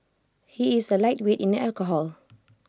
he is A lightweight in alcohol